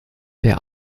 der